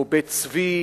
או "בית צבי",